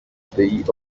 pays